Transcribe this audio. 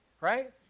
right